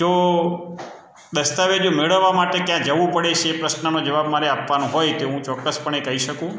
જો દસ્તાવેજો મેળવવા માટે ક્યાંય જવું પળે છે એ પ્રશ્નનો જવાબ મારે આપવાનો હોય તે હું ચોક્કસ પણે કહી શકું